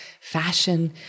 fashion